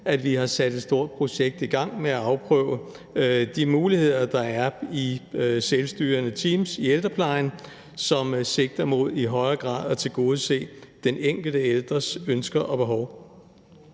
at vi har sat et stort projekt i gang med at afprøve de muligheder, der er i selvstyrende teams i ældreplejen, som sigter mod i højere grad at tilgodese den enkelte ældres ønsker og behov.